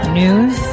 news